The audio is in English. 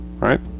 right